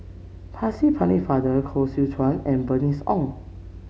Percy Pennefather Koh Seow Chuan and Bernice Ong